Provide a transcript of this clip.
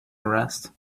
arrest